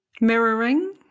mirroring